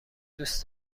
دوست